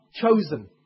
chosen